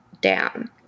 down